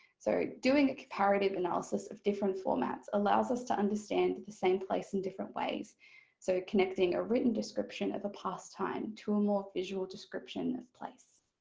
so doing a comparative analysis of different formats allows us to understand the same place in different ways so connecting a written description of a past time to a more visual description of place.